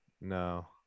No